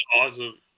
awesome